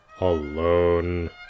Alone